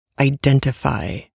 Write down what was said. identify